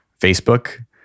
Facebook